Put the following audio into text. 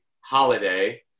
holiday